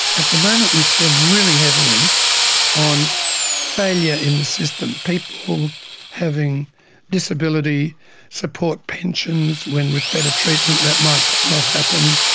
at the moment we spend really heavily on failure in the system, people having disability support pensions when, with better treatment, that might not happen.